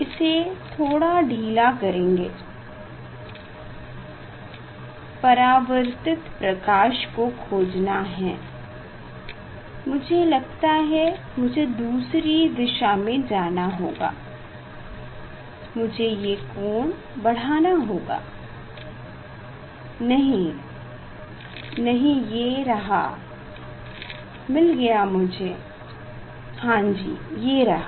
इसे थोड़ा ढीला करेंगे परवर्तित प्रकाश को खोजना है मुझे लगता है मुझे दूसरी दिशा में जाना होगा मुझे ये कोण बढ़ाना होगा नहीं नहीं ये रहा मिल गया मुझे हां जी ये रहा